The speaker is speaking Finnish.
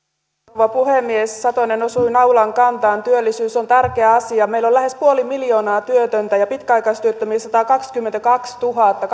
rouva puhemies satonen osui naulan kantaan työllisyys on tärkeä asia meillä on lähes puoli miljoonaa työtöntä ja pitkäaikaistyöttömiä satakaksikymmentäkaksituhatta